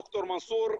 ד"ר מנסור,